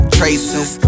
traces